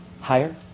Higher